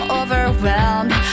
overwhelmed